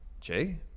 Jay